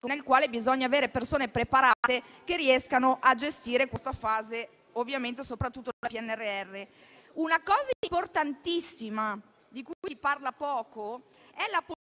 nel quale bisogna avere persone preparate che riescano a gestire la fase del PNRR. Una cosa importantissima di cui si parla poco è la possibilità